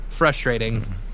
frustrating